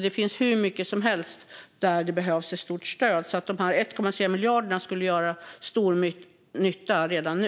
Det finns hur mycket som helst där det behövs ett stort stöd, så dessa 1,3 miljarder skulle göra stor nytta redan nu.